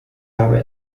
habe